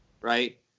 right